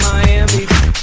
Miami